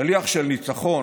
שליח של ניצחון,